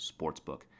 Sportsbook